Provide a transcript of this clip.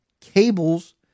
cables